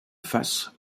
face